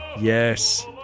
Yes